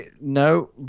no